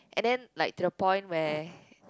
and then like to the point where